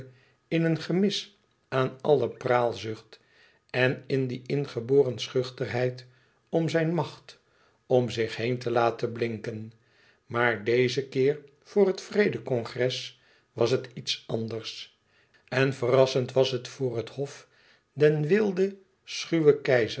in een gemis aan alle praalzucht en in die ingeboren schuchterheid om zijne macht om zich heen te laten blinken maar dezen keer voor het vrede congres was het iets anders en verrassend was het voor het hof den weelde schuwen